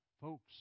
Folks